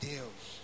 Deus